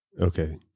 Okay